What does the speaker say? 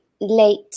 late